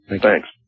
Thanks